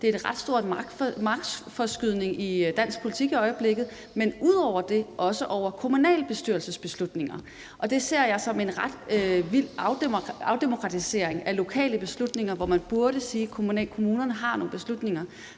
det er en ret stor magtforskydning i dansk politik i øjeblikket – men ud over det også over kommunalbestyrelsers beslutninger, og det ser jeg som en ret vild afdemokratisering af lokale beslutninger, hvor man burde sige, at kommunerne har nogen beslutninger.